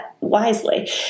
wisely